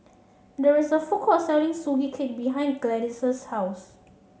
there is a food court selling Sugee Cake behind Gladyce's house